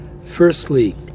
Firstly